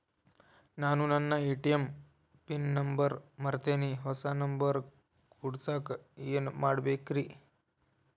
ನಾನು ನನ್ನ ATM pin number ಮರ್ತೇನ್ರಿ, ಹೊಸಾ ನಂಬರ್ ಕುಡಸಾಕ್ ಏನ್ ಮಾಡ್ಬೇಕ್ರಿ?